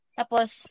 tapos